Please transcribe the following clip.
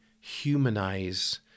humanize